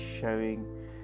showing